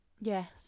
Yes